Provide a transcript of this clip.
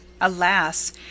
Alas